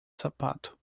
sapato